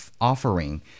offering